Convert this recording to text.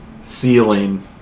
ceiling